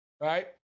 right